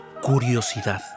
curiosidad